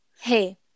Hey